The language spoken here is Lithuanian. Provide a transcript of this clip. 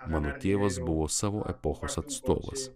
mano tėvas buvo savo epochos atstovas